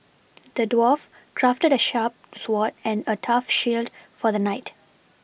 the dwarf crafted a sharp sword and a tough shield for the knight